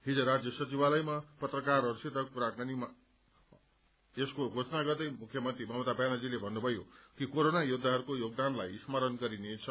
हिज राज्य सचिवालयमा पत्रकारहरूसित कुराकानीको अवधि यसको घोषणा गर्दै मुख्यमन्त्री ममता व्यानर्जीले भन्नुभयो कि कोरोना योद्धाहरूको योगदानलाई स्मरण गरिनेछ